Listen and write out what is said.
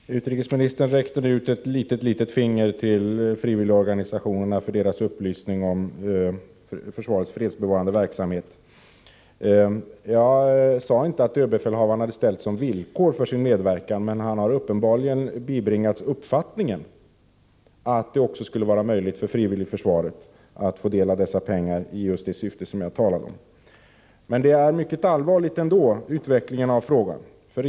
Fru talman! Utrikesministern sträckte nu ut ett litet finger till frivilligorganisationerna när det gäller deras upplysning om försvarets fredsbevarande verksamhet. Jag sade inte att överbefälhavaren hade satt upp villkor för sin medverkan i kampanjen, men han har uppenbarligen bibringats uppfattningen att det skulle vara möjligt också för frivilligförsvaret att få del av pengarna för det syfte jag talade om. Bortsett från detta är utvecklingen av den här frågan allvarlig.